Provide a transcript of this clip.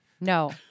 No